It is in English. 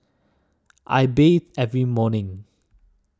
I bathe every morning